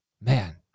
Man